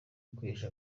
ukwihesha